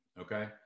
Okay